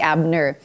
Abner